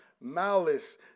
malice